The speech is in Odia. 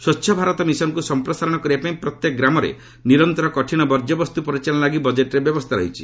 ସ୍ୱଚ୍ଛ ଭାରତ ମିଶନକୁ ସମ୍ପ୍ରସାରଣ କରିବାପାଇଁ ପ୍ରତ୍ୟେକ ଗ୍ରାମରେ ନିରନ୍ତର କଠିନ ବର୍ଜ୍ୟବସ୍ତୁ ପରିଚାଳନା ଲାଗି ବଜେଟ୍ରେ ବ୍ୟବସ୍ଥା ରହିଛି